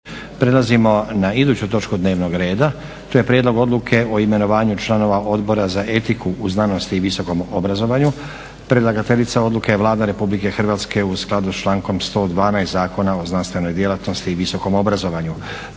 Prelazimo na iduću točku dnevnog reda. To je - Prijedlog odluke o imenovanju članova Odbora za etiku u znanosti i visokom obrazovanju Predlagateljica odluke je Vlada Republike Hrvatske u skladu s člankom 112. Zakona o znanstvenoj djelatnosti i visokom obrazovanju.